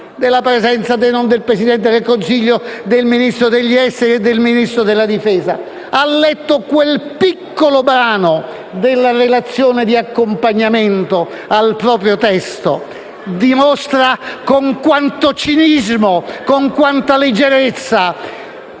della presenza, se non del Presidente del Consiglio, del Ministro degli esteri e del Ministro della difesa) ha letto quel piccolo brano della relazione di accompagnamento al proprio testo, ha dimostrato con quanto cinismo e con quanta leggerezza